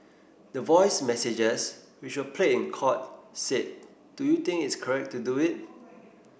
the voice messages which were played in court said do you think its correct to do it